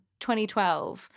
2012